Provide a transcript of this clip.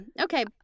Okay